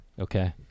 Okay